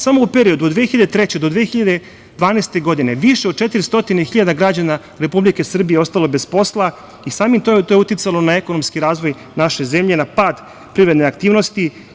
Samo u periodu od 2003. do 2012. godine više od 400.000 građana Republike Srbije ostalo je bez posla i samim tim to je uticalo na ekonomski razvoj naše zemlje, na pad privredne aktivnosti.